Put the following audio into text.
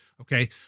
Okay